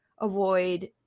avoid